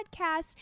podcast